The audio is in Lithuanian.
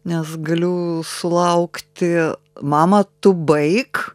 nes galiu sulaukti mama tu baik